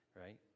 right